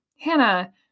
Hannah